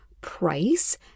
Price